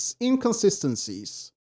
inconsistencies